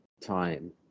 time